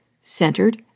centered